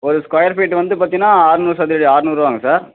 ஒரு square feet வந்து பார்த்தீங்கன்னா அறுநூறு சதுர அடி அறுநூறுரூவாங்க சார்